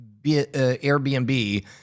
Airbnb